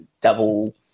double